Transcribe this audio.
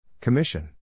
Commission